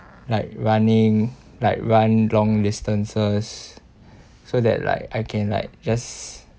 like running like run long distances so that like I can like just